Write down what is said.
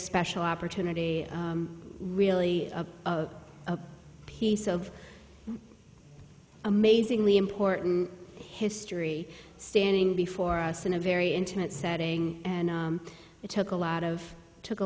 special opportunity really of a piece of amazingly important history standing before us in a very intimate setting and it took a lot of took a